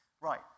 Right